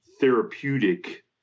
therapeutic